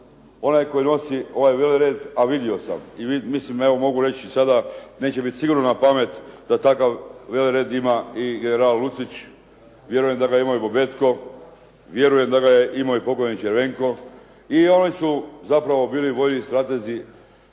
onaj tko nosi ovaj velered a vidio sam, i mislim evo mogu reći sada neće biti sigurno napamet da takav velered ima general Lucić, vjerujem da ga ima i Bobetko, vjerujem da je imao i pokojni Červenko. I oni su zapravo bili vojni stratezi.